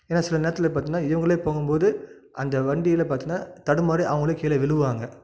ஏன்னா சில நேரத்தில் பாத்தோன்னா இவங்களே போகும் போது அந்த வண்டியில் பாத்தோன்னா தடுமாறி அவங்களே கீழே விழுவாங்க